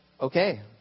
okay